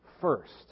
first